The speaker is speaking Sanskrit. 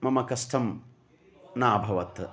मम कष्टं न अभवत्